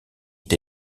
est